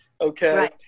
okay